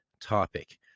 topic